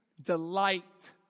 delight